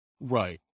Right